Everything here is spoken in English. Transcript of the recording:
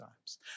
times